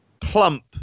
Plump